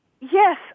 Yes